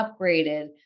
upgraded